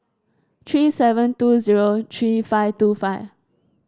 three seven two zero three five two five